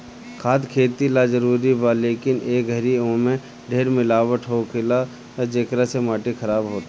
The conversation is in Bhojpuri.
खाद खेती ला जरूरी बा, लेकिन ए घरी ओमे ढेर मिलावट होखेला, जेकरा से माटी खराब होता